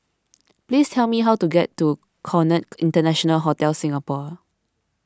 please tell me how to get to Conrad International Hotel Singapore